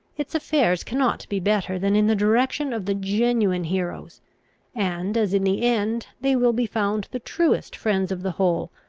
its affairs cannot be better than in the direction of the genuine heroes and as in the end they will be found the truest friends of the whole,